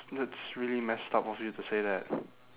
that's really messed up of you to say that